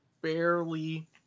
barely